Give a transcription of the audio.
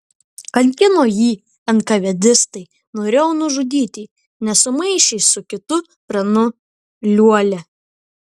kankino jį enkavedistai norėjo nužudyti nes sumaišė su kitu pranu liuolia